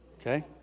Okay